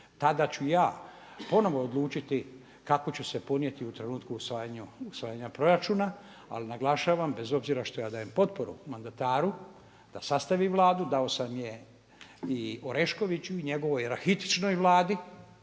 Tada ću ja ponovno odlučiti kako ću se ponijeti u trenutku usvajanja proračuna ali naglašavam bez obzira što ja dajem potporu mandataru da sastavi Vladu, dao sam je i Oreškoviću i njegovoj rahitičnoj Vladi